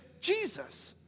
Jesus